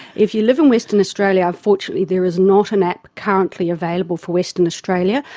if you live in western australia unfortunately there is not an app currently available for western australia.